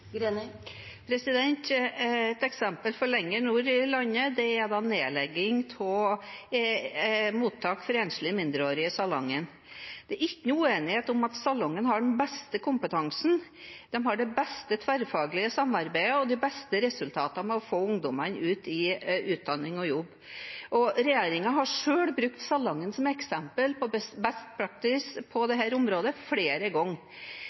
Et eksempel fra lenger nord i landet er nedlegging av mottak for enslige mindreårige i Salangen. Det er ikke noen uenighet om at Salangen har den beste kompetansen, de har det beste tverrfaglige samarbeidet og de beste resultatene med å få ungdommene ut i utdanning og jobb. Regjeringen har selv brukt Salangen som eksempel på best praksis på dette området flere